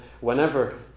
whenever